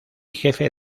jefe